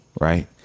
right